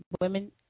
women